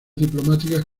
diplomáticas